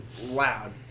loud